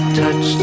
touch